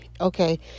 okay